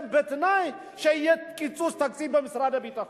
בתנאי שיהיה קיצוץ תקציב במשרד הביטחון.